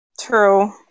True